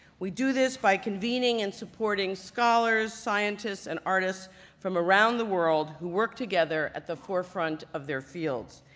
we do this by convening and supporting scholars, scientists, and artists from around the world who work together at the forefront of their fields.